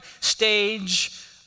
stage